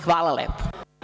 Hvala lepo.